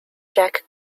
jack